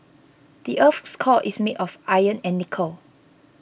the earth's core is made of iron and nickel